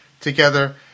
together